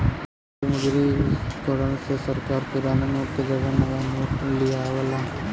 विमुद्रीकरण में सरकार पुराना नोट के जगह नया नोट लियावला